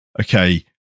Okay